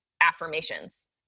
affirmations